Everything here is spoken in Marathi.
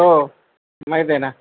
हो माहीत आहे ना